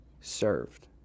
served